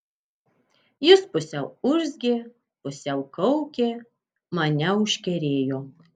jis pusiau urzgė pusiau kaukė mane užkerėjo